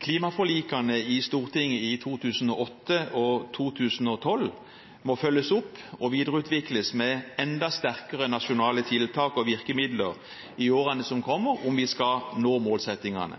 Klimaforlikene i Stortinget i 2008 og 2012 må følges opp og videreutvikles med enda sterkere nasjonale tiltak og virkemidler i årene som kommer, om vi skal nå målsettingene.